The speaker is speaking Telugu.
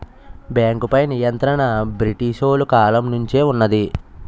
బేంకుపై నియంత్రణ బ్రిటీసోలు కాలం నుంచే వున్నది